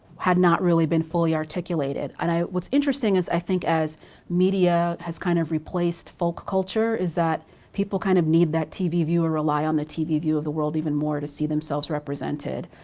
had not really been fully articulated. and what's interesting is i think as media has kind of replaced folk culture is that people kind of need that tv view or rely on the tv view of the world even more to see themselves represented.